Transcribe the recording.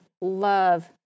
love